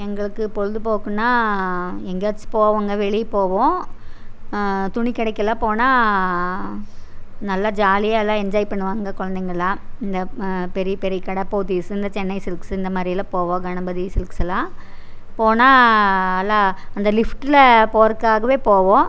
எங்களுக்கு பொழுது போக்குன்னா எங்கேயாச்சும் போவோங்க வெளியே போவோம் துணி கடைக்குலாம் போனால் நல்லா ஜாலியாக எல்லாம் என்ஜாய் பண்ணுவாங்க குழந்தைகளாம் இந்த பெரிய பெரிய கடை போத்திஸ் இந்த சென்னை சில்க்ஸ்ஸு இந்த மாதிரியெல்லாம் போவோம் கணபதி சில்க்ஸ்ஸெல்லாம் போனால் நல்லா அந்த லிஃப்டில் போகிரக்காகவே போவோம்